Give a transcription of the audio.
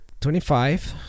25